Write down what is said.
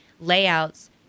layouts